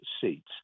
seats –